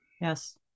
yes